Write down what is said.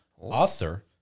Author